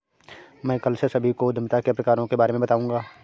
मैं कल से सभी को उद्यमिता के प्रकारों के बारे में बताऊँगा